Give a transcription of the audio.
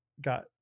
got